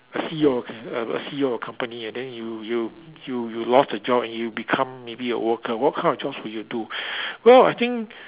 a C_E_O of c~ a a C_E_O of your company and then you you you you lost your job and you become maybe your worker what kind of jobs will you do well I think